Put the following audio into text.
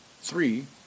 three